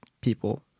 people